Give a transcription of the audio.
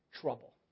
trouble